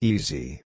Easy